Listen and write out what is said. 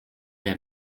der